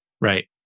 Right